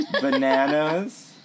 bananas